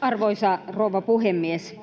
Arvoisa rouva puhemies!